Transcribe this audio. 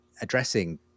addressing